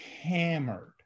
hammered